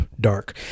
Dark